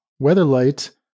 Weatherlight